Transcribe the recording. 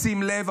שים לב,